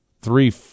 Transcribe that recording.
three